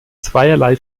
zweierlei